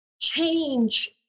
change